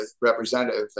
representative